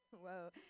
Whoa